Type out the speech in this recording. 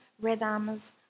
rhythms